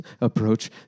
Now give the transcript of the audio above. approach